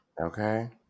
Okay